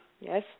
Yes